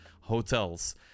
hotels